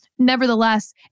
Nevertheless